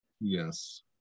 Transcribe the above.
Yes